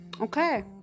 Okay